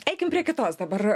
eikit prie kitos dabar